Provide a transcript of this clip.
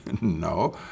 No